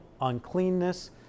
uncleanness